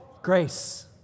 grace